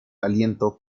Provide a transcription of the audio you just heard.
aliento